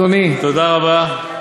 תודה רבה.